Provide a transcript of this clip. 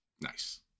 Nice